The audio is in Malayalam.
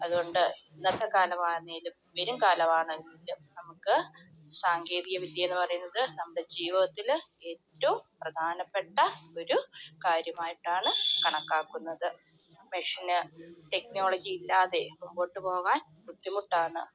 അതുകൊണ്ട് എന്തൊക്കെ കാരണമാണെങ്കിലും വരും കാലമാണെങ്കിലും നമുക്ക് സാങ്കേതിക വിദ്യയെന്ന് പറയുന്നത് നമ്മുടെ ജീവിതത്തിൽ ഏറ്റവും പ്രധാനപ്പെട്ട ഒരു കാര്യമായിട്ടാണ് കണക്കാക്കുന്നത് മെഷീൻ ടെക്നോളജി ഇല്ലാതെ മുമ്പോട്ട് പോകാൻ ബുദ്ധിമുട്ടാണ്